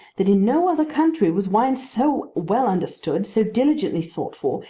that in no other country was wine so well understood, so diligently sought for,